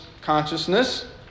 consciousness